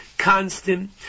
constant